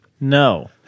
no